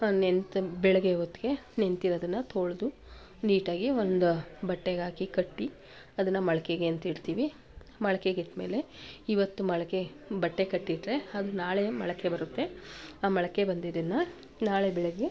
ನೆಂದ ಬೆಳಗ್ಗೆ ಹೊತ್ಗೆ ನೆಂದಿರೋದನ್ನ ತೊಳೆದು ನೀಟಾಗಿ ಒಂದು ಬಟ್ಟೆಗಾಕಿ ಕಟ್ಟಿ ಅದನ್ನು ಮೊಳಕೆಗೆ ಅಂತ ಇಡ್ತೀವಿ ಮೊಳಕೆಗಿಟ್ಮೇಲೆ ಇವತ್ತು ಮೊಳಕೆ ಬಟ್ಟೆ ಕಟ್ಟಿಟ್ರೆ ಅದು ನಾಳೆ ಮೊಳಕೆ ಬರುತ್ತೆ ಆ ಮೊಳಕೆ ಬಂದಿದ್ದನ್ನ ನಾಳೆ ಬೆಳಗ್ಗೆ